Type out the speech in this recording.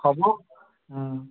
হ'ব